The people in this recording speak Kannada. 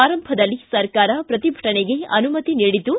ಆರಂಭದಲ್ಲಿ ಸರ್ಕಾರ ಪ್ರತಿಭಟನೆಗೆ ಅನುಮತಿ ನೀಡಿದ್ದು